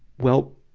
well,